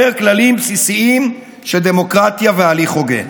כללים בסיסיים של דמוקרטיה והליך הוגן.